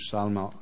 Salmo